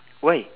why